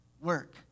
work